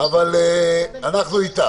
אבל אנחנו איתך.